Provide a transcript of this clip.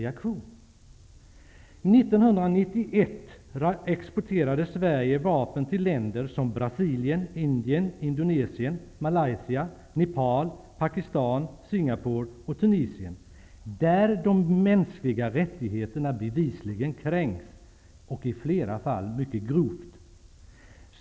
År 1991 exporterade Sverige vapen till länder som Pakistan, Singapore och Tunisien, länder där de mänskliga rättigheterna bevisligen kränks -- i flera fall mycket grovt.